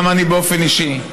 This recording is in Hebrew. גם אני באופן אישי,